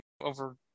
over